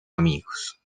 amigos